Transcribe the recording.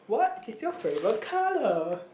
what is your favourite colour